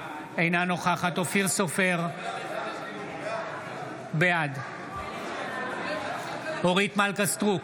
אינה נוכחת אופיר סופר, בעד אורית מלכה סטרוק,